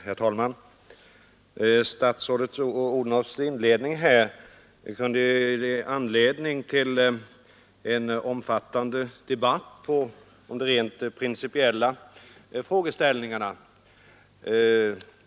Herr talman! Statsrådet Odhnoffs inledning kunde ge anledning till en omfattande debatt kring de rent principiella frågeställningarna.